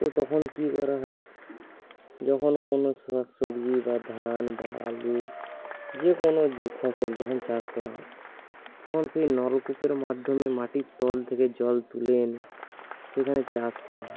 তো তখন কী করা হয় যখন কোনো শাকসবজি বা ধান বা আলু যেকোনো যে ফসল যখন চাষ করা হয় তখন সেই নলকূপের মাধ্যমে মাটির তল থেকে জল তুলে এনে সেখানে চাষ করা হয়